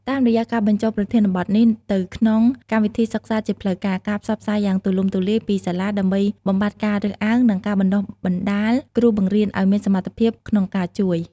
តាមរយៈការបញ្ចូលប្រធានបទនេះទៅក្នុងកម្មវិធីសិក្សាជាផ្លូវការ ការផ្សព្វផ្សាយយ៉ាងទូលំទូលាយពីសាលាដើម្បីបំបាត់ការរើសអើង និងការបណ្ដុះបណ្ដាលគ្រូបង្រៀនឱ្យមានសមត្ថភាពក្នុងការជួយ។